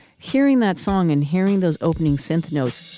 hearing that song and hearing those opening synth notes